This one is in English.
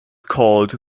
called